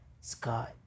Scott